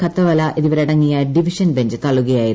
കത്തവല്ല എന്നിവരടങ്ങിയ division bench തള്ളുകയായിരുന്നു